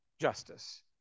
justice